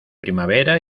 primavera